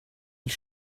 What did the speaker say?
you